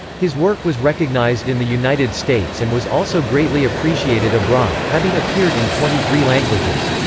his work was recognized in the united states and was also greatly appreciated abroad, having appeared in twenty three languages.